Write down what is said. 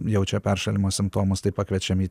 jaučia peršalimo simptomus tai pakviečiam jį